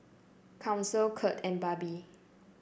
Council Curt and Barbie